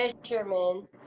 fisherman